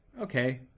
Okay